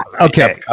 Okay